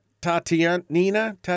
Tatiana